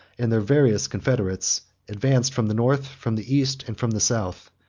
and their various confederates, advanced from the north, from the east, and from the south,